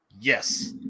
Yes